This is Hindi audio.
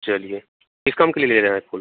चलिए किस काम के लिए ले रहे हैं फूल